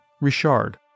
Richard